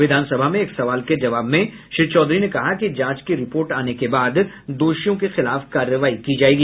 विधानसभा में एक सवाल के जवाब में श्री चौधरी ने कहा कि जांच की रिपोर्ट आने के बाद दोषियों के खिलाफ कार्रवाई की जायेगी